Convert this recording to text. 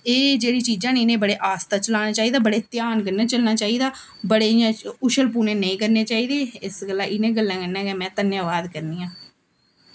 एह् जेह्ड़ी चीज़ां न इ'नेंगी बड़े आस्ता चलाना चाहिदा बड़े ध्यान कन्नै चलना चाहिदा बड़े इ'यां उछलपुने नेईं करने चाहिदे इस गल्ला इ'नें गल्लें कन्नै में धन्यवाद करनी आं